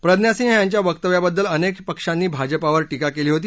प्रज्ञा सिंह यांच्या वक्तव्याबद्दल अनेक पक्षांनी भाजपावर टीका केली होती